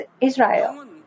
Israel